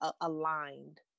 aligned